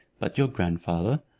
but your grandfather,